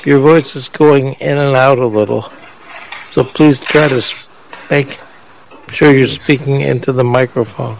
your voices calling in and out a little so please try to make sure you're speaking into the microphone